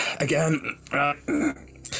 again